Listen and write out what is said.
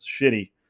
shitty